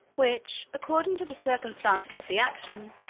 which, according to the circumstances of the action,